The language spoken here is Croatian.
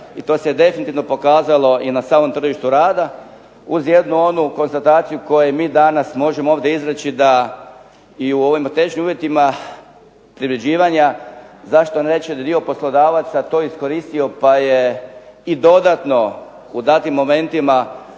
i to se definitivno pokazalo i na samom tržištu rada, uz jednu onu konstataciju koju i mi danas možemo ovdje izreći, da i u ovim teškim uvjetima privređivanja, zašto ne čudi, dio poslodavaca to je iskoristio, pa je i dodatno, u datim momentima,